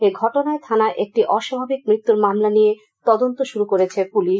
এই ঘটনায় থানায় একটি অস্বাভাবিক মৃত্যুর মামলা নিয়ে তদন্ত শুরু করেছে পুলিশ